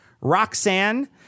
Roxanne